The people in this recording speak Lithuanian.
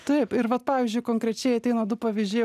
taip ir vat pavyzdžiui konkrečiai ateina du pavyzdžiai